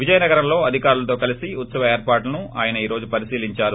విజయనగరంలో అధికారులతో కలిసి ఉత్సవ ఏర్పాట్లను ఆయన ఈ రోజు పరిశీలించారు